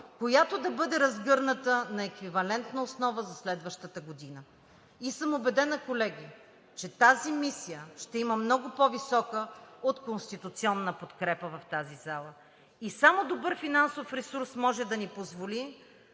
която да бъде разгърната на еквивалентна основа за следващата година. Колеги, убедена съм, че тази мисия ще има много по-висока от конституционна подкрепа в тази зала и само добър финансов ресурс може да ни позволи